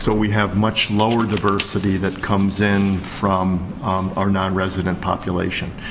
so we have much lower diversity that comes in from our non-resident population.